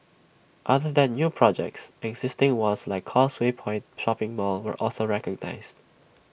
other than new projects existing ones like causeway point shopping mall were also recognised